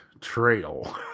trail